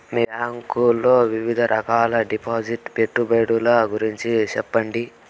మీ bank లో వివిధ రకాల డిపాసిట్స్, పెట్టుబడుల గురించి సెప్పగలరా?